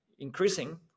increasing